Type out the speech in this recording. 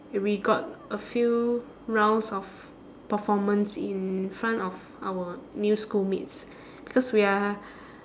we got a few rounds of performance in front of our new schoolmates because we are